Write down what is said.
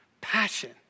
Passion